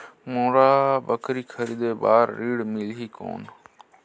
मोला बकरी खरीदे बार ऋण मिलही कौन?